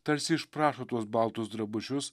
tarsi išprašo tuos baltus drabužius